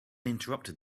interrupted